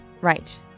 Right